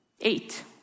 Eight